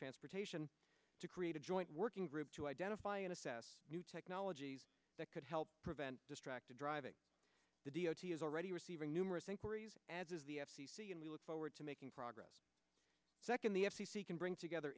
transportation to create a joint working group to identify and assess new technologies that could help prevent distracted driving the d o t is already receiving numerous inquiries as is the f c c and we look forward to making progress second the f c c can bring together